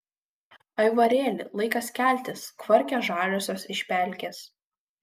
aivarėli laikas keltis kvarkia žaliosios iš pelkės